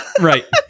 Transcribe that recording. Right